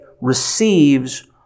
receives